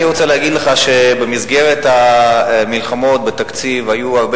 אני רוצה להגיד לך שבמסגרת המלחמות בתקציב היו הרבה